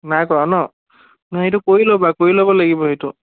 নাই কৰা ন নাই সেইটো কৰি ল'বা কৰি ল'ব লাগিব সেইটো